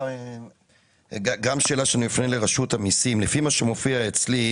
בין 2016 ל-2017, לפי מה שכתוב אצלי,